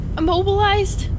immobilized